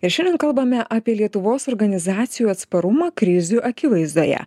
ir šiandien kalbame apie lietuvos organizacijų atsparumą krizių akivaizdoje